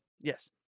Yes